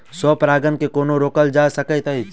स्व परागण केँ कोना रोकल जा सकैत अछि?